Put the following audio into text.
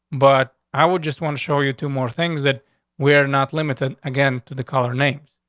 but i would just want to show you two more things that were not limited again to the color names.